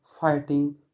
fighting